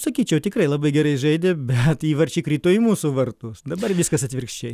sakyčiau tikrai labai gerai žaidė bet įvarčiai krito į mūsų vartus dabar viskas atvirkščiai